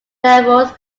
levels